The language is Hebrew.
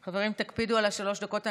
חברים, תקפידו על שלוש דקות.